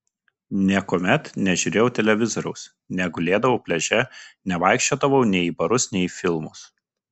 niekuomet nežiūrėjau televizoriaus negulėdavau pliaže nevaikščiodavau nei į barus nei į filmus